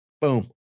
boom